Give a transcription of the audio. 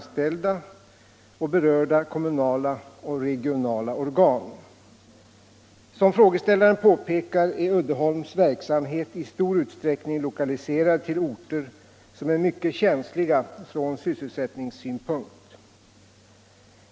Som frågeställaren påpekar är Uddeholms verksamhet i stor utsträckning lokaliserad till orter som är mycket känsliga från sysselsättningssynpunkt.